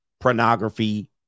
pornography